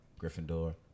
Gryffindor